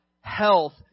health